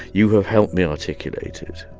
you have helped me articulate it